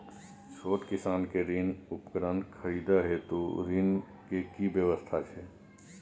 छोट किसान के कृषि उपकरण खरीदय हेतु ऋण के की व्यवस्था छै?